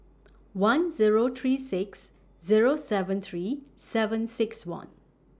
one Zero three six Zero seven three seven six one